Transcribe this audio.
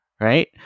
right